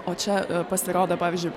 o čia pasirodo pavyzdžiui